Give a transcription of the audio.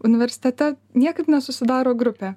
universitete niekaip nesusidaro grupė